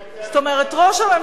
ההצבעה על רבני "צהר"